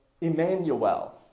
Emmanuel